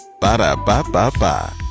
Ba-da-ba-ba-ba